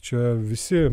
čia visi